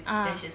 ah